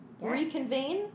Reconvene